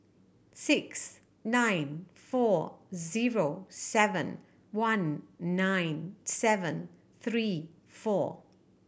six nine four zero seven one nine seven three four